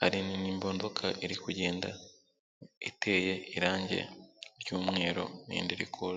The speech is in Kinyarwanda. hari n'indi modoka iri kugenda iteye irange ry'umweru n'indi iri kuza.